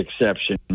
exception